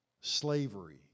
Slavery